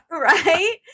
Right